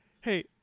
hey